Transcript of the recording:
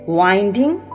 winding